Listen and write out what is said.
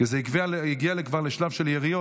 כי זה הגיע כבר לשלב של יריות.